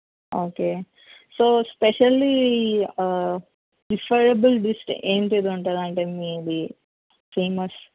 okay so specially preferable dish ఏంటిదుంటుంది అంటే మీది ఫేమస్